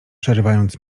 przerywając